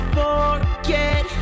forget